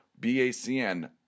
BACN